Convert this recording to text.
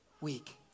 week